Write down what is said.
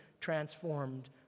transformed